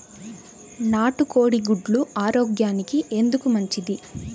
నాటు కోడి గుడ్లు ఆరోగ్యానికి ఎందుకు మంచిది?